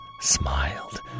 smiled